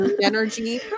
energy